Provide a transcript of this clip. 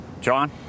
John